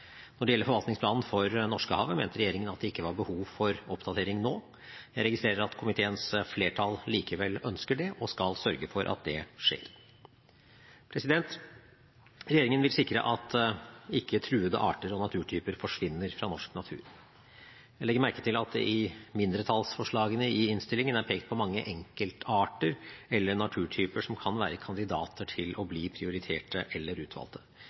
Når det gjelder forvaltningsplanen for Norskehavet, mente regjeringen at det ikke var behov for oppdatering nå. Jeg registrerer at komiteens flertall likevel ønsker det, og skal sørge for at det skjer. Regjeringen vil sikre at truede arter og naturtyper ikke forsvinner fra norsk natur. Jeg legger merke til at det i mindretallsforslagene i innstillingen er pekt på mange enkeltarter eller naturtyper som kan være kandidater til å bli prioritert eller